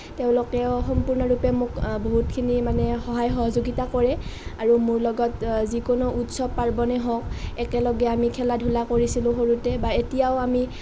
তেওঁলোকেও সম্পূৰ্ণৰূপে মোক বহুতখিনি মানে সহায় সহযোগিতা কৰে আৰু মোৰ লগত যিকোনো উৎসৱ পাৰ্বণে হওঁক একেলগে আমি খেলা ধূলা কৰিছিলোঁ সৰুতে বা এতিয়াও আমি